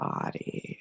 body